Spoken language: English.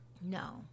no